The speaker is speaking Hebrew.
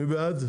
מי בעד?